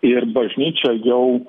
ir bažnyčia jau